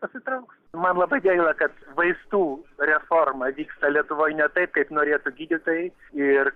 pasitrauks man labai gaila kad vaistų reforma vyksta lietuvoj ne taip kaip norėtų gydytojai ir